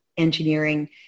engineering